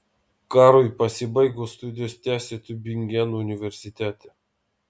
karui pasibaigus studijas tęsė tiubingeno universitete